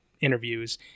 interviews